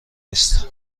نیست